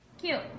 Cute